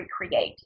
recreate